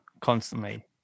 constantly